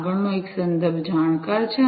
આગળનો એક સંદર્ભ જાણકાર છે